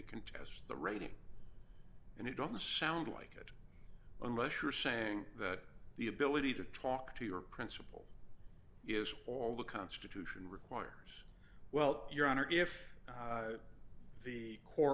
test the rating and it on the sound like it unless you're saying that the ability to talk to your principal is all the constitution requires well your honor if the court